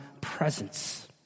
presence